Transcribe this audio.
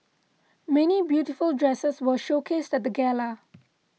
many beautiful dresses were showcased at the gala